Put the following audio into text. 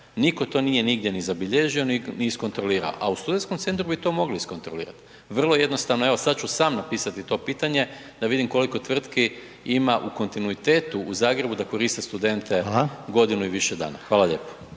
Nitko to nije nigdje ni zabilježio ni iskontrolirao, a u studentskom centru bi to mogli iskontrolirati. Vrlo jednostavno, evo sad ću sam napisati to pitanje da vidim koliko tvrtki ima u kontinuitetu u Zagrebu da koriste studente godinu …/Upadica: Hvala./…